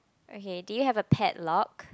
okay did you have a padlock